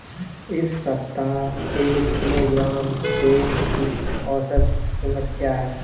इस सप्ताह एक किलोग्राम सेम की औसत कीमत क्या है?